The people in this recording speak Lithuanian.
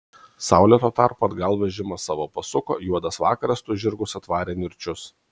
saulė tuo tarpu atgal vežimą savo pasuko juodas vakaras tuoj žirgus atvarė nirčius